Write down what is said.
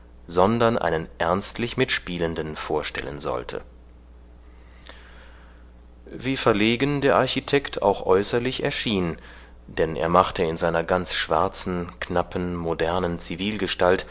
sondern einen ernstlich mitspielenden vorstellen sollte wie verlegen der architekt auch äußerlich erschien denn er machte in seiner ganz schwarzen knappen modernen